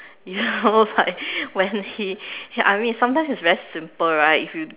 ya I was like when he I mean sometimes it is very simple right if you